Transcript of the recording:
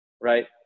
right